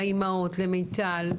למיטל,